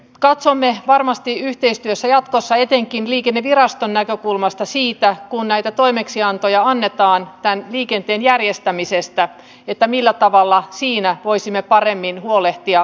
katsomme varmasti yhteistyössä jatkossa etenkin liikenneviraston näkökulmasta sitä että kun näitä toimeksiantoja annetaan tämän liikenteen järjestämisestä niin millä tavalla siinä voisimme paremmin huolehtia hankintamenettelystä